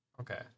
Okay